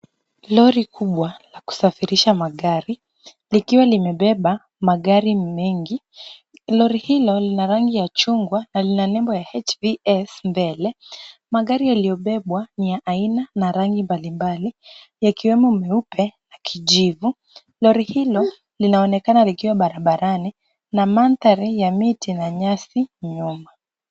Lori kubwa la kusafirisha magari likiwa limebeba magari mengi. Lori hilo lina rangi ya chungwa na lina nembo ya HVS mbele. Magari yaliyobebwa ni ya aina na rangi mbalimbali yakiwemo meupe na kijivu. Lori hilo linaonekana likiwa barabarani na mandhari ya miti na nyasi nyuma.